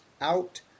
out